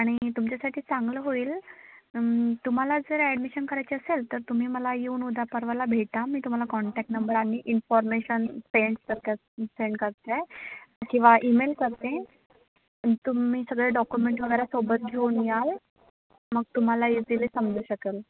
आणि तुमच्यासाठी चांगलं होईल तुम्हाला जर ॲडमिशन करायची असेल तर तुम्ही मला येऊन उद्या परवाला भेटा मी तुम्हाला कॉन्टॅक्ट नंबर आणि इन्फॉर्मेशन सेंड कर सेंड करते किंवा ईमेल करते तुम्ही सगळे डॉक्युमेंट वगैरे सोबत घेऊन याल मग तुम्हाला इझिली समजू शकेल